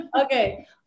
okay